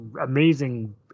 amazing